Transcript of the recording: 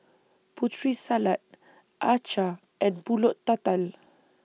Putri Salad Acar and Pulut Tatal